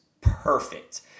perfect